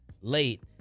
late